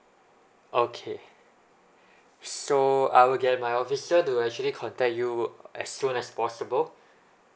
okay so I will get my officer to actually contact you as soon as possible